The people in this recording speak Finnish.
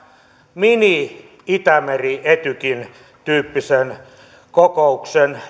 mini itämeri etykin tyyppisen kokouksen